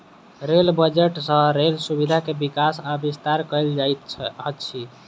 rail budget सँ rail सुविधा के विकास आ विस्तार कयल जाइत अछि